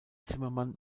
zimmermann